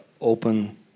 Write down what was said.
open